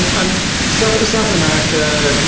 and um south and south america,